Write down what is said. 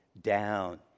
down